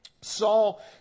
Saul